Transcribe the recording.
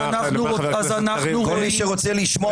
כל מי שרוצה לשמוע,